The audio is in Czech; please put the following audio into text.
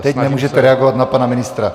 Teď nemůžete reagovat na pana ministra.